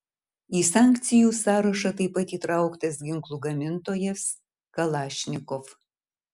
į sankcijų sąrašą taip pat įtrauktas ginklų gamintojas kalašnikov